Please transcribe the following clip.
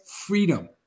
freedom